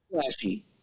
flashy